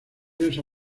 esa